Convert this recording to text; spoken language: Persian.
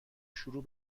شروع